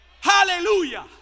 Hallelujah